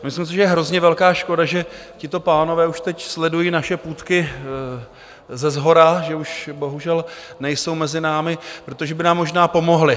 Myslím si, že je hrozně velká škoda, že tito pánové už teď sledují naše půtky seshora, že už bohužel nejsou mezi námi, protože by nám možná pomohli.